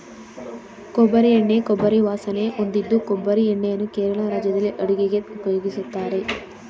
ಕೊಬ್ಬರಿ ಎಣ್ಣೆ ಕೊಬ್ಬರಿ ವಾಸನೆ ಹೊಂದಿದ್ದು ಕೊಬ್ಬರಿ ಎಣ್ಣೆಯನ್ನು ಕೇರಳ ರಾಜ್ಯದಲ್ಲಿ ಅಡುಗೆಗೆ ಉಪಯೋಗಿಸ್ತಾರೆ